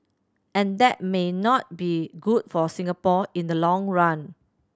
and that may not be good for Singapore in the long run